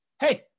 hey